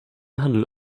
handel